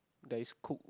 that is cooked